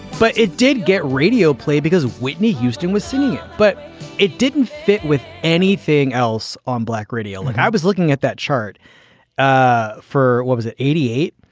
but it did get radio play because whitney houston was singing it, but it didn't fit with anything else on black radio and like i was looking at that chart ah for what was at eighty eight.